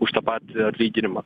už tą patį atlyginimą